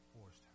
forced